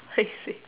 paiseh